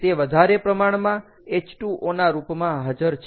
તે વધારે પ્રમાણમાં H2O ના રૂપમા હાજર છે